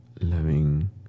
loving